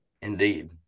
indeed